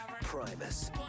Primus